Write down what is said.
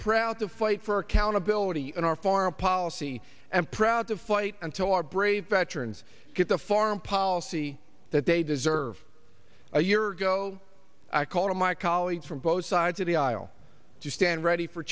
proud to fight for accountability in our foreign policy and proud to fight until our brave veterans get the foreign policy that they deserve a year ago i called my colleagues from both sides of the aisle to stand ready for